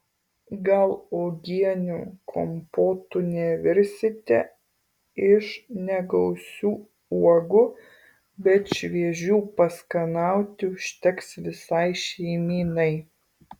gal uogienių kompotų nevirsite iš negausių uogų bet šviežių paskanauti užteks visai šeimynai